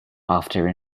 after